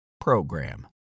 program